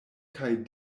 kaj